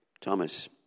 Thomas